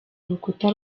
urukuta